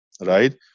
right